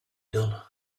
done